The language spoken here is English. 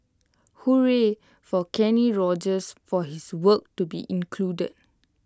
hooray for Kenny Rogers for his work to be included